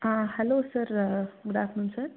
hello sir good afternoon sir